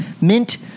Mint